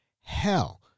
Hell